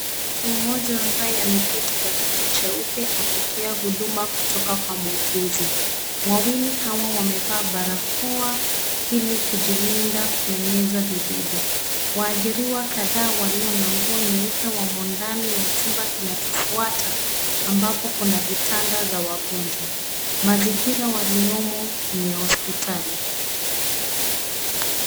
Mtu mmoja ambaye ameketi kwa kiti jeupe apokea huduma kutoka kwa muuguzi. Wawili hawa wamevaa barakoa ili kujilinda kueneza vidudu. Waajiriwa kadhaa walio na nguo nyeupe wamo ndani ya chumba kinachofuata ambapo kuna vitanda za wagonjwa. Mazingira waliyomo ni ya hospitali.